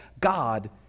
God